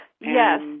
Yes